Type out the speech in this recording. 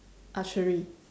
archery